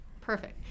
Perfect